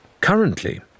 Currently